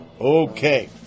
okay